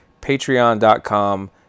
patreon.com